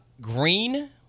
Green